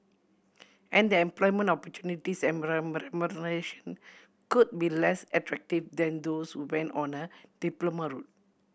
and the employment opportunities and could be less attractive than those who went on a diploma route